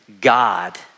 God